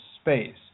space